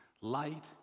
light